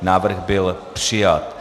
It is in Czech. Návrh byl přijat.